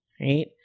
right